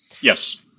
Yes